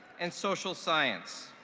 and social science.